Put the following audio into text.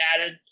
added